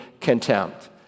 contempt